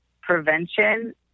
prevention